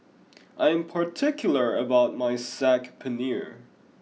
I am particular about my Saag Paneer